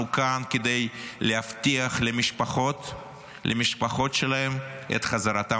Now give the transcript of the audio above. אנחנו כאן כדי להבטיח למשפחות שלהם את חזרתם.